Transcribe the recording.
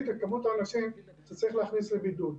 את כמות האנשים שצריך להכניס לבידוד.